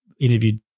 interviewed